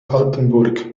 altenburg